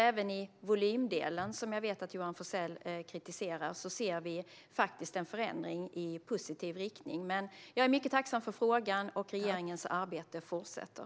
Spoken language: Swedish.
Även i volymdelen, som jag vet att Johan Forssell kritiserar, ser vi faktiskt en förändring i positiv riktning. Jag är dock mycket tacksam för frågan. Regeringens arbete fortsätter.